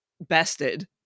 bested